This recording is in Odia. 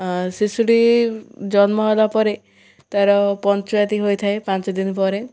ଶିଶୁଟି ଜନ୍ମ ହେଲା ପରେ ତାର ପଞ୍ଚୁଆତି ହୋଇଥାଏ ପାଞ୍ଚ ଦିନ ପରେ